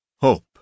Hope